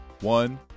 One